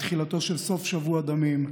בתחילתו של סוף שבוע דמים,